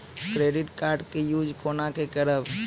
Credit card के use कोना के करबऽ?